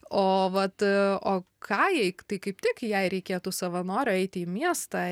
o vat o kajai tai kaip tik jai reikėtų savanorio eiti į miestą